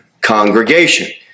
congregation